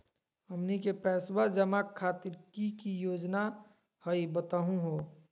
हमनी के पैसवा जमा खातीर की की योजना हई बतहु हो?